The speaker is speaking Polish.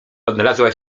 odnalazła